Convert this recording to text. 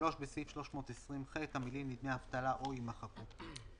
(3)בסעיף 320(ח) המילים " לדמי אבטלה או" יימחקו.